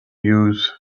use